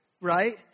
right